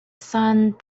sun